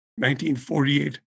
1948